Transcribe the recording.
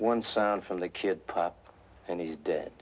one sound from the kid and he dead